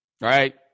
right